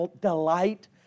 delight